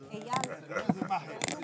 ים של חוקים רוצים להיכנס ונותנים לנו